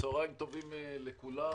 צהריים טובים לכולם.